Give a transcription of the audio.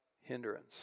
hindrance